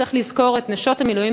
צריך לזכור את נשות המילואימניקים,